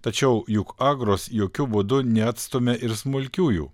tačiau jukagros jokiu būdu neatstumia ir smulkiųjų